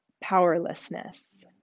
powerlessness